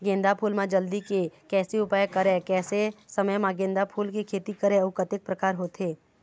गेंदा फूल मा जल्दी के कैसे उपाय करें कैसे समय मा गेंदा फूल के खेती करें अउ कतेक प्रकार होथे?